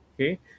Okay